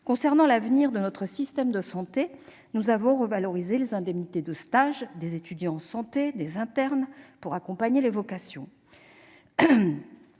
Concernant l'avenir de notre système de santé, nous avons revalorisé les indemnités de stage des étudiants en santé et des internes pour accompagner les vocations.